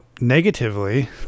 negatively